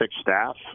staff